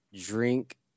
drink